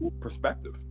perspective